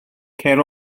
cer